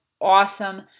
awesome